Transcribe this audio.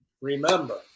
Remember